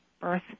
birth